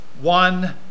one